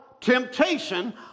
temptation